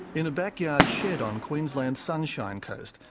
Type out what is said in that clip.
in a backyard shed on queensland's sunshine coast,